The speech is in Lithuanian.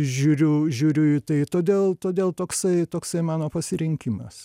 žiūriu žiūriu į tai todėl todėl toksai toksai mano pasirinkimas